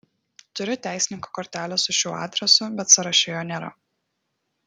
turiu teisininko kortelę su šiuo adresu bet sąraše jo nėra